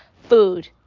food